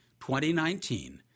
2019